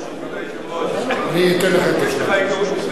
יש לך היכרות מסוימת עם לקיה.